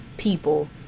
people